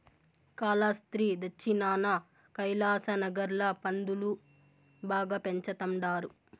కాలాస్త్రి దచ్చినాన కైలాసనగర్ ల పందులు బాగా పెంచతండారు